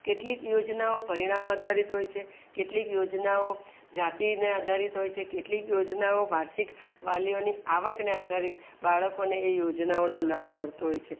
કેટલીક યોજનાઓ પરિણામ આધારિત હોય છે કેટલીક યોજનાઓ જાતિને આધારિત હોય છે કેટલીક યોજનાઓ વાર્ષિક વાલીઓની આવકને આધારિત બાળકોને એ યોજનાઓનો લાભ મળતો હોય છે